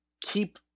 keep